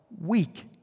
weak